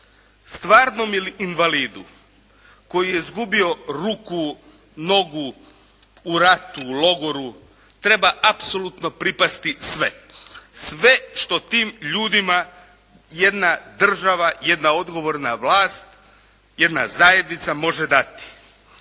Stvarnom invalidu koji je izgubio ruku, nogu u ratu, u logoru, treba apsolutno pripasti sve. Sve što tim ljudima jedna država, jedna odgovorna vlast, jedna zajednica može dati.